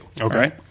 Okay